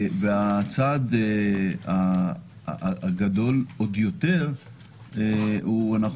הצעד הגדול עוד יותר הוא חוק היסוד.